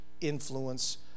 influence